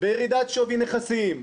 בירידת שווי נכסים,